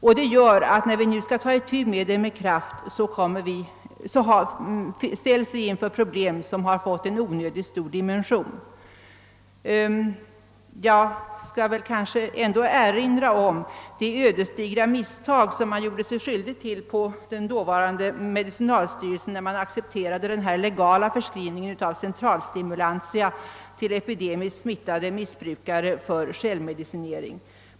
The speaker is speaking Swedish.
Detta gör att vi nu, när vi med kraft skall ta itu med narkotikamissbruket, ställs inför problem som har fått onödigt stora dimensioner. Jag vill erinra om det ödesdigra misstag som man gjorde sig skyldig till på den dåvarande medicinalstyrelsen när man accepterade den legala förskrivningen av centralstimulantia till epidemiskt smittade missbrukare för självmedicinering.